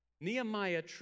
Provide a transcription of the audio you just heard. Nehemiah